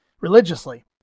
religiously